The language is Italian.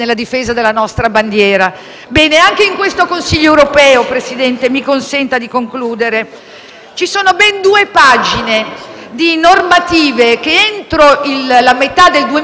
ci sono ben due pagine di normative che entro la metà del 2019 devono diventare effettive. Sono due pagine che riguardano tutta la finanza.